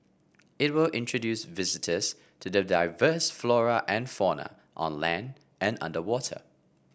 it will introduce visitors to the diverse flora and fauna on land and underwater